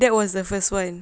that was the first one